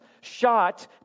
shot